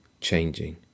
changing